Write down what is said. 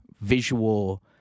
visual